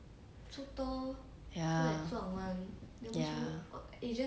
ya ya